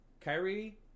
Kyrie